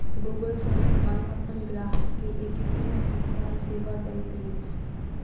Google संस्थान अपन ग्राहक के एकीकृत भुगतान सेवा दैत अछि